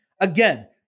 Again